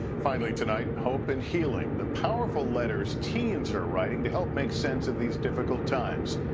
finally tonight, hope and healing. the powerful letters teens are writing to help make sense of these difficult times.